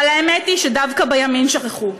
אבל האמת היא שדווקא בימין שכחו.